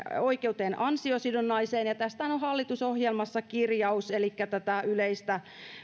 oikeuteen ansiosidonnaiseen tästähän on hallitusohjelmassa kirjaus elikkä yleisestä